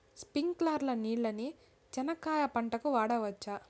స్ప్రింక్లర్లు నీళ్ళని చెనక్కాయ పంట కు వాడవచ్చా?